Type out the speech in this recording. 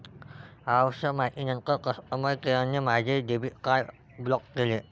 आवश्यक माहितीनंतर कस्टमर केअरने माझे डेबिट कार्ड ब्लॉक केले